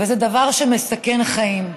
וזה דבר שמסכן חיים.